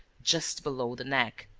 just below the neck.